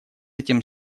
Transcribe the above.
этим